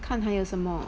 看有什么